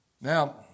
Now